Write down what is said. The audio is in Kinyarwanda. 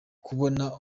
kubona